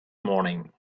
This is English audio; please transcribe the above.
morning